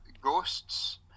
ghosts